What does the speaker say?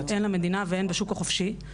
הן במדינה והן בשוק החופשי,